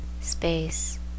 space